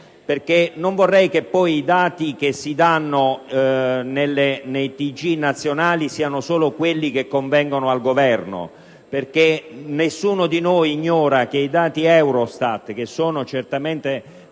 non vorrei che i dati che si danno nei TG nazionali siano solo quelli che convengono al Governo. Nessuno di noi ignora che i dati EUROSTAT (che sono certamente